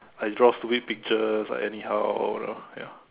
I draw stupid pictures like anyhow you know ya